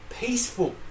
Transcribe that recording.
peaceful